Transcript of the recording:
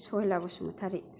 Sahela Basumatary